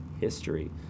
history